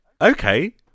Okay